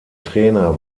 trainer